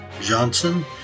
Johnson